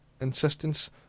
insistence